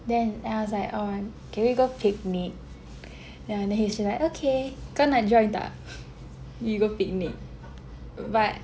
then I was like oh can we go picnic then then he said like okay kau nak join tak we go picnic but